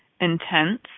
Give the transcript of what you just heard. intense